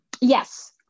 Yes